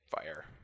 fire